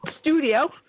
studio